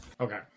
Okay